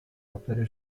opere